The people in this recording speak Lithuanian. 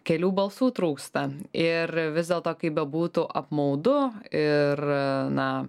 kelių balsų trūksta ir vis dėlto kaip bebūtų apmaudu ir na